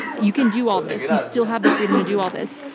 you can do all this. you still have the freedom to do all this.